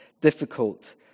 difficult